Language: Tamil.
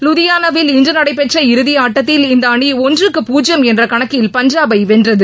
லூதியானாவில் இன்று நடைபெற்ற இறுதியாட்டத்தில் இந்த அணி ஒன்றுக்கு பூஜ்யம் என்ற கணக்கில் பஞ்சாபை வென்றது